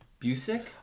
Busick